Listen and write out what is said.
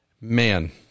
Man